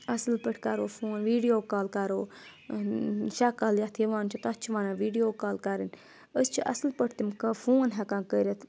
اَصٕل پٲٹھۍ کَرو فون ویٖڈیو کال کَرو شَکَل یَتھ یِوان چھِ تَتھ چھِ وَنان ویٖڈیو کال کَرٕنۍ أسۍ چھِ اَصٕل پٲٹھۍ تِم فون ہیٚکان کٔرِتھ